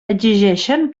exigeixen